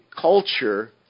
culture